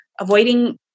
avoiding